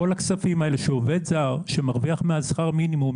שעובד זר שמרוויח מעל שכר מינימום,